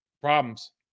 problems